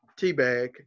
Teabag